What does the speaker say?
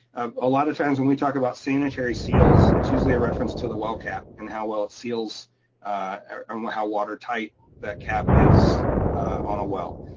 a lot of times when we talk about sanitary seals, it's usually a reference to the well cap and how well it seals or um how water tight that cap is on a well.